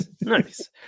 nice